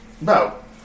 no